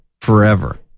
forever